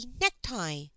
necktie